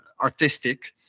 artistic